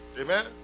Amen